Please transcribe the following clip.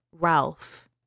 Ralph